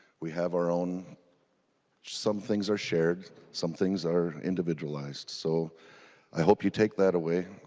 we have our own some things are shared some things are individualized. so i hope you take that away